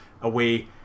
away